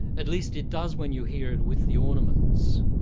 at least it does when you hear it with the ornaments.